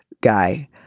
guy